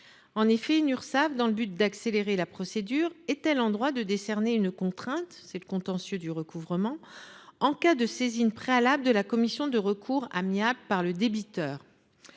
En effet, une Urssaf, dans le but d’accélérer la procédure, est elle en droit de décerner une contrainte, qui relève du contentieux du recouvrement, en cas de saisine préalable de la commission de recours amiable par le débiteur ?